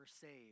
saved